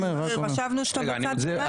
חשבנו שאתה בצד שלנו.